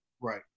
Right